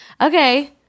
Okay